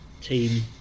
team